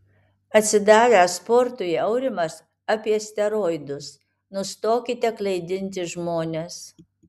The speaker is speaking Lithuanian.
atsidavęs sportui aurimas apie steroidus nustokite klaidinti žmones